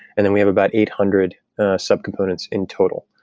and then we have about eight hundred subcomponents in total.